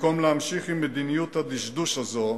במקום להמשיך עם מדיניות הדשדוש הזאת: